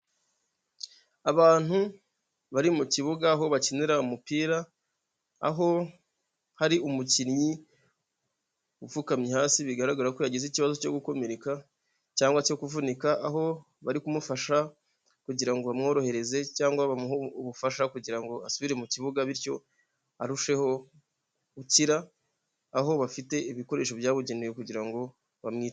Abantu bari mu kibuga aho bakinira umupira, aho hari umukinnyi upfukamye hasi bigaragara ko yagize ikibazo cyo gukomereka cyangwa cyo kuvunika, aho bari kumufasha kugira ngo bamworohereze cyangwa bamuhe ubufasha kugira ngo asubire mu kibuga bityo arusheho gukira, aho bafite ibikoresho byabugenewe kugira ngo bamwiteho.